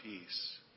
peace